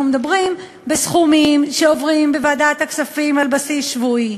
אנחנו מדברים בסכומים שעוברים בוועדת הכספים על בסיס שבועי.